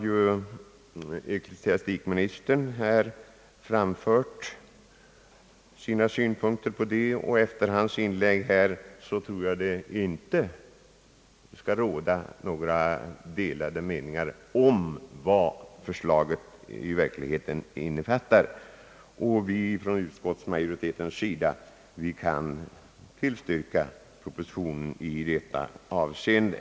Ecklesiastikministern har i dag framfört sina synpunkter på denna fråga, och efter hans inlägg tror jag att det inte skall råda några delade meningar om vad förslaget i verkligheten innefattar. Vi kan från utskottsmajoritetens sida tillstyrka propositionens förslag i detta avseende.